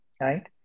right